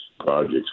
projects